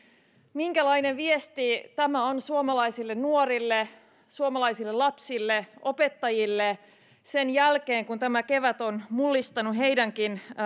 minkälainen viesti tämä on suomalaisille nuorille suomalaisille lapsille ja opettajille sen jälkeen kun tämä kevät on mullistanut heidänkin